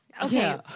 Okay